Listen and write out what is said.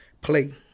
play